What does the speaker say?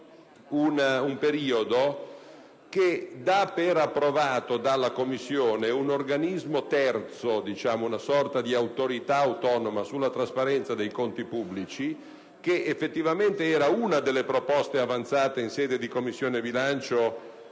un periodo che dà per approvato dalla Commissione un organismo terzo, una sorta di autorità autonoma sulla trasparenza dei conti pubblici. Si tratta di una delle proposte effettivamente avanzate in sede di Commissione bilancio